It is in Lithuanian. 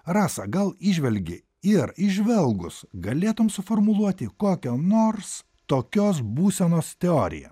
rasa gal įžvelgi ir įžvelgus galėtum suformuluoti kokio nors tokios būsenos teoriją